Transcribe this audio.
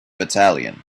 battalion